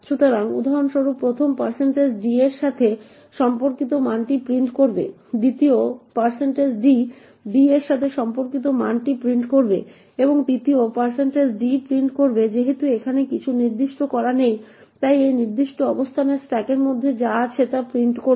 সুতরাং উদাহরণস্বরূপ প্রথম d টি a এর সাথে সম্পর্কিত মানটি প্রিন্ট করবে দ্বিতীয় d টি b এর সাথে সম্পর্কিত মানটি প্রিন্ট করবে এবং তৃতীয় d টি প্রিন্ট করবে যেহেতু এখানে কিছু নির্দিষ্ট করা নেই তাই এই নির্দিষ্ট অবস্থানের স্ট্যাকের মধ্যে যা আছে তা প্রিন্ট করবে